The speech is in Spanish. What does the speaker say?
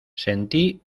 sentí